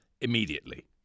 immediately